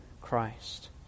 Christ